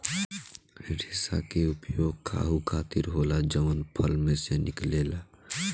रेसा के उपयोग खाहू खातीर होला जवन फल में से निकलेला